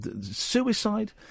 Suicide